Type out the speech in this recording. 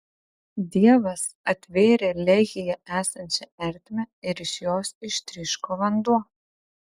dievas atvėrė lehyje esančią ertmę ir iš jos ištryško vanduo